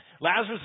Lazarus